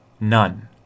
None